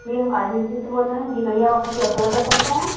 जी हम car agency से बोल रहें जी कहिए हम आपकी क्या सेवा कर सकते हैं